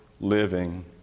living